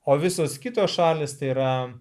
o visos kitos šalys tai yra